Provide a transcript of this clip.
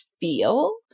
feel